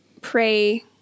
pray